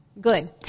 Good